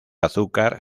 azúcar